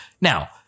Now